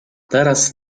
teraz